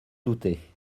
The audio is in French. douter